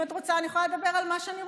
אם את רוצה, אני יכולה לדבר על מה שאני רוצה.